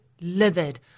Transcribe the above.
livid